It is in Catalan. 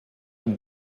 amb